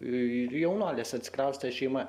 ir jaunuolis atsikraustė šeima